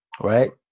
right